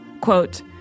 quote